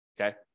okay